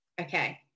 Okay